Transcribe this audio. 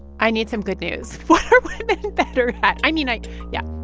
i need some good news for women better i i mean, i yeah.